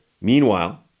Meanwhile